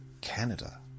Canada